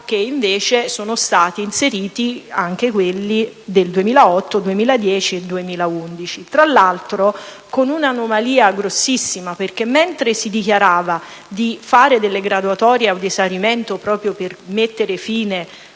che invece sono stati inseriti anche quelli del 2008, 2009, 2010 e 2011. Tra l'altro, c'è un'anomalia grandissima, perché, mentre si dichiarava di fare delle graduatorie ad esaurimento proprio per mettere fine